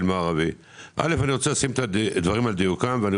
אוהד היה